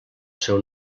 seu